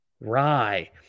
Rye